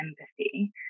empathy